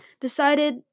decided